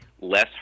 less